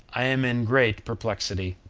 i am in great perplexity.